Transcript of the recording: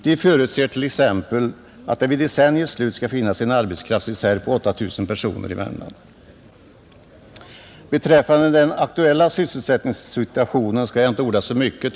De förutser t.ex. att vid decenniets slut skall finnas en arbetskraftsreserv på 8 000 personer i Värmland, Om den aktuella sysselsättningssituationen skall jag inte orda så mycket.